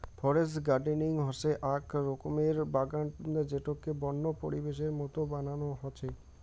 forest gardening হসে আক রকমের বাগান যেটোকে বন্য পরিবেশের মত বানানো হসে